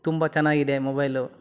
ತುಂಬ ಚೆನ್ನಾಗಿದೆ ಮೊಬೈಲು